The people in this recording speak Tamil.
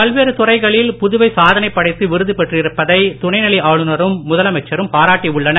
பல்வேறு துறைகளில் புதுவை சாதனை படைத்து விருது பெற்றிருப்பதை துணை நிலை ஆளுநரும் முதலமைச்சரும் பாராட்டி உள்ளனர்